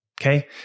okay